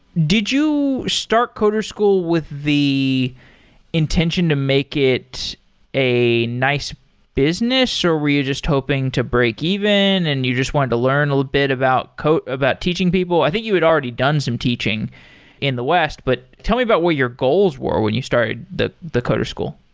did you start coder school with the intention to make it a nice business or were you just hoping to break even and you just wanted to learn a little bit about teaching people? i think you had already done some teaching in the west. but tell me about what your goals were when you started the the coder school.